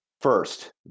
First